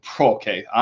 okay